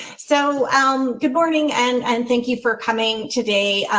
so um good morning and and thank you for coming today.